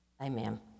Amen